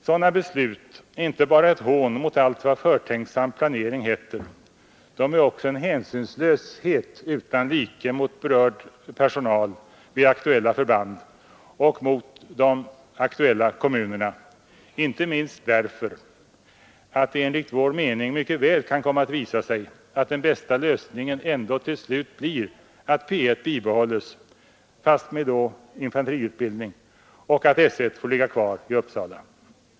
Sådana beslut är inte bara ett hån mot allt vad förtänksam planering heter, de är också en hänsynslöshet utan like mot berörd personal vid aktuella förband och mot de berörda kommunerna, inte minst därför att det enligt vår mening mycket väl kan komma att visa sig att den bästa lösningen till slut blir att P 1 bibehålles — fast med infanteriutbildning — och att S 1 får ligga kvar i Uppsala.